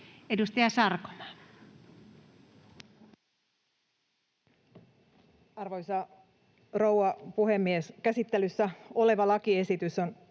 Edustaja Sarkomaa. Arvoisa rouva puhemies! Käsittelyssä oleva lakiesitys on